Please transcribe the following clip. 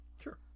Sure